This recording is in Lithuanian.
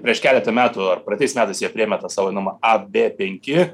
prieš keletą metų ar praeitais metais jie prėmė tą savo vadinamą ab penki